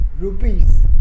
rupees